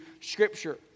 Scripture